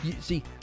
See